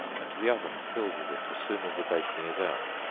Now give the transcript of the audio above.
and the oven filled with it as soon as the baking is out